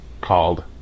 called